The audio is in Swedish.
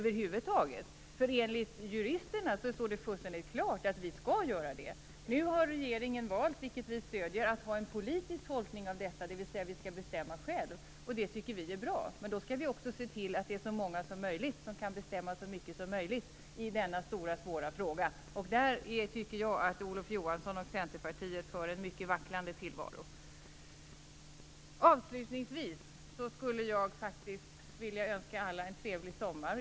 Enligt juristerna står det nämligen fullständigt klart att vi skall gå med. Regeringen har nu valt att göra en politisk tolkning av detta, dvs. att vi skall bestämma själva. Vi tycker att det är bra, och vi stöder det. Men då skall vi också se till att så många som möjligt kan bestämma så mycket som möjligt i denna stora och svåra fråga. Jag tycker att Olof Johansson och Centerpartiet för en mycket vacklande tillvaro i den frågan. Avslutningsvis vill jag önska alla en trevlig sommar.